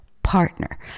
partner